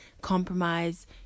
compromise